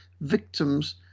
victims